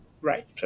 Right